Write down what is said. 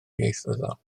ieithyddol